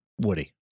Woody